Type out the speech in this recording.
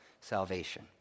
salvation